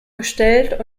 gestellt